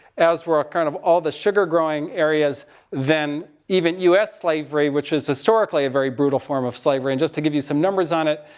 as were, kind of, all the sugar growing areas than even us slavery. which is historically a very brutal form of slavery. and just to give you some numbers on it,